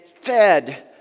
fed